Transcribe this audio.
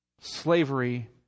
Slavery